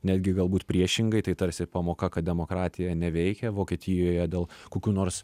netgi galbūt priešingai tai tarsi pamoka kad demokratija neveikia vokietijoje dėl kokių nors